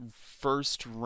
first